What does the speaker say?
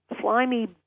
slimy